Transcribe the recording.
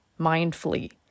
mindfully